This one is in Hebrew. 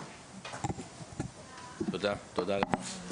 תודה, תודה.